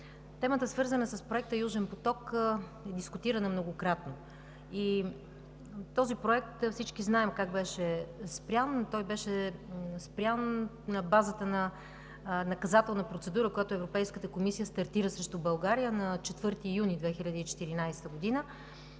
темата, свързана с Проекта „Южен поток“, е дискутирана многократно. Всички знаем как беше спрян този проект, но то беше на базата на наказателна процедура, която Европейската комисия стартира срещу България на 4 юни 2014 г.